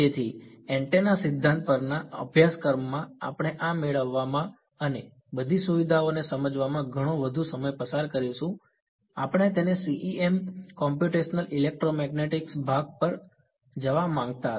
તેથી એન્ટેના સિદ્ધાંત પરના અભ્યાસક્રમમાં આપણે આ મેળવવામાં અને બધી સુવિધાઓને સમજવામાં ઘણો વધુ સમય પસાર કરીશું આપણે તેના CEM કોમ્પ્યુટેશનલ ઇલેક્ટ્રોમેગ્નેટિક્સ ભાગ પર જવા માંગતા હતા